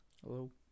Hello